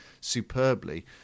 superbly